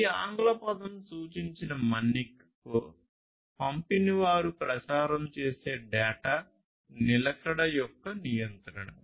ఈ ఆంగ్ల పదం సూచించిన మన్నిక పంపినవారు ప్రసారం చేసే డేటా నిలకడ యొక్క నియంత్రణ